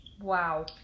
wow